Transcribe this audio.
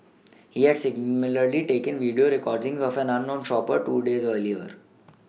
he had similarly taken video recordings of an unknown shopper two days earlier